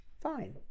Fine